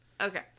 Okay